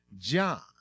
John